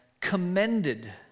commended